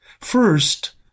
First